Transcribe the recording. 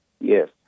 Yes